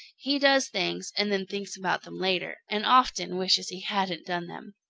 he does things and then thinks about them later, and often wishes he hadn't done them.